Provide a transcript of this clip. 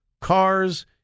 cars